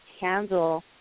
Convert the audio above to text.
handle